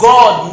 God